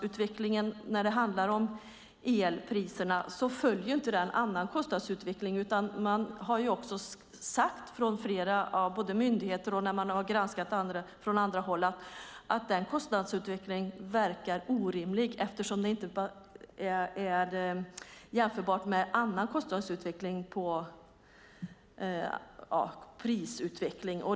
Utvecklingen av elpriserna följer inte annan kostnadsutveckling. Flera myndigheter och andra som har granskat den har också sagt att elkostnadsutvecklingen verkar orimlig, eftersom den inte är jämförbar med annan prisutveckling.